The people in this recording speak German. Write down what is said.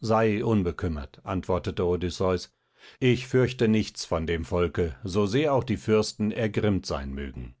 sei unbekümmert antwortete odysseus ich fürchte nichts von dem volke so sehr auch die fürsten ergrimmt sein mögen